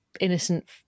innocent